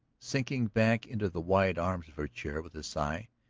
sinking back into the wide arms of her chair with a sigh,